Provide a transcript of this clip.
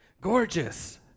Gorgeous